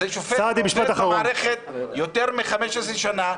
זה שופט שעובד במערכת יותר מ-15 שנה,